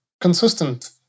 consistent